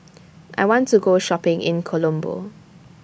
I want to Go Shopping in Colombo